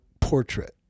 portrait